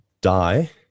die